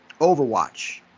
Overwatch